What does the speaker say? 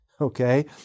Okay